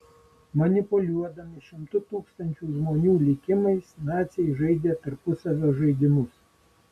manipuliuodami šimtų tūkstančių žmonių likimais naciai žaidė tarpusavio žaidimus